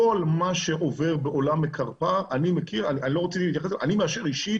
כל מה שעובר בעולם מקרפ"ר אני מאשר אישית,